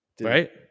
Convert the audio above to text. Right